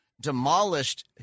demolished